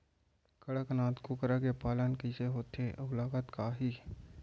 कड़कनाथ कुकरा के पालन कइसे होथे अऊ लागत का आही?